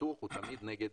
הביטוח הוא תמיד נגד